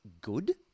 good